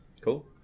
cool